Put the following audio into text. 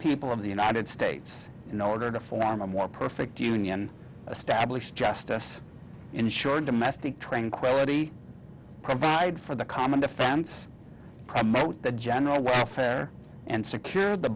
people of the united states in order to form a more perfect union establish justice insure domestic tranquility provide for the common defense promote the general welfare and secure the